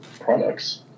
products